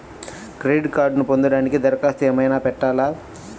Credit కార్డ్ను పొందటానికి దరఖాస్తు ఏమయినా పెట్టాలా?